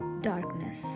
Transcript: darkness